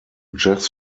jazz